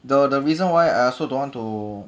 though the reason why I also don't want to